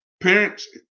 parents